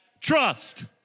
Trust